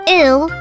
ill